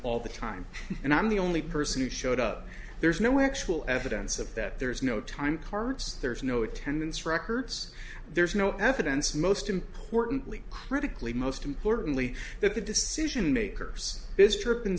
all the time and i'm the only person who showed up there's no actual evidence of that there's no time cards there's no attendance records there's no evidence most importantly critically most importantly that the decision makers vis